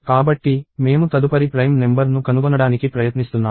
కాబట్టి మేము తదుపరి ప్రైమ్ నెంబర్ ను కనుగొనడానికి ప్రయత్నిస్తున్నాము